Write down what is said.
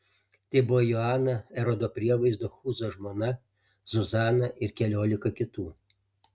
tai buvo joana erodo prievaizdo chūzo žmona zuzana ir keliolika kitų